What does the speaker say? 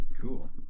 Cool